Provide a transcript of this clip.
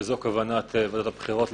שזו כוונת ועדת הבחירות,